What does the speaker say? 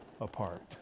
apart